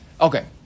Okay